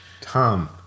Tom